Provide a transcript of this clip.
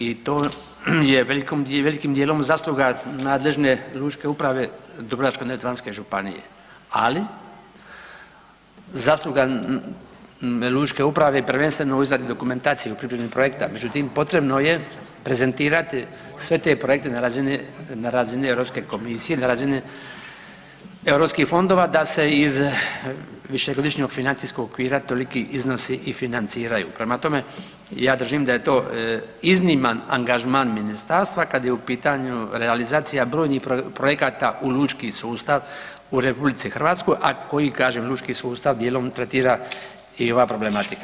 I to je velikim dijelom zasluga nadležne Lučke uprave Dubrovačko-neretvanske Županije, ali zasluga lučke uprave je prvenstveno u izradi dokumentacije u pripremi projekta, međutim potrebno je prezentirati sve te projekte na razini Europske Komisije, na razini Europskih fondova da se iz višegodišnjeg financijskog okvira toliki iznosi i financiraju Prema tome ja držim da je to izniman angažman Ministarstva, kad je u pitanju realizacija brojnih projekata u lučki sustav u Republici Hrvatskoj, a koji, kažem, lučki sustav dijelom tretira i ova problematika.